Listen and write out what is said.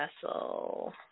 vessel